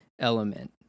element